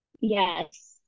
Yes